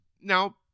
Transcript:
Now